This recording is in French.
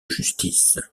justice